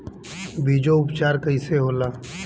बीजो उपचार कईसे होला?